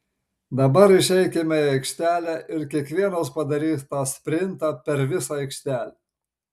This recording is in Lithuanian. dabar išeikime į aikštelę ir kiekvienas padarys tą sprintą per visą aikštelę